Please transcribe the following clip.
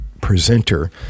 presenter